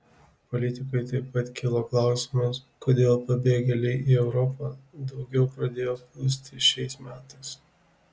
politikui taip pat kilo klausimas kodėl pabėgėliai į europą daugiau pradėjo plūsti šiais metais